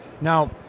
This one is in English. Now